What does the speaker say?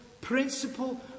principle